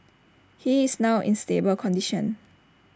he is now in stable condition